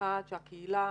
דבר אחד, שלקהילה